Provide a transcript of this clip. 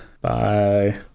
bye